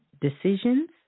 decisions